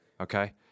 okay